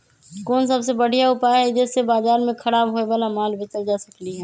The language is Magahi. कोन सबसे बढ़िया उपाय हई जे से बाजार में खराब होये वाला माल बेचल जा सकली ह?